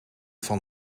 van